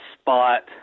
spot